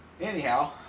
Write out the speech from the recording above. Anyhow